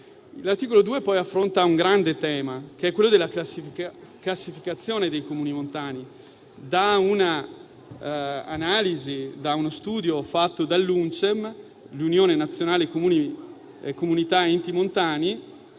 L'articolo 2, poi, affronta un grande tema, che è quello della classificazione dei Comuni montani. Da uno studio fatto dall'Unione nazionale Comuni, comunità